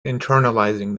internalizing